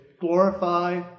glorify